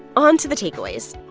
on to the takeaways.